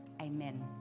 Amen